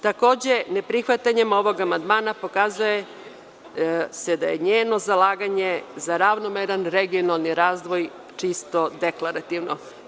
Takođe, ne prihvatanjem ovog amandmana pokazuje se da je njeno zalaganje za ravnomeran regionalni razvoj čisto deklarativno.